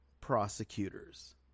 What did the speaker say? prosecutors